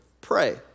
pray